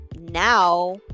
now